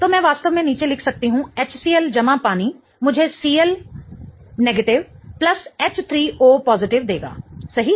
तो मैं वास्तव में नीचे लिख सकती हूं HCl जमा पानी मुझे Cl प्लस H3O देगा सही